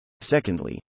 Secondly